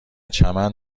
چمن